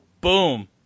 Boom